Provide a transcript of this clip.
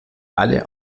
alle